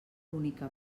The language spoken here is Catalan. única